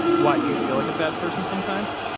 why? do you feel like a bad person sometimes?